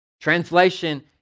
Translation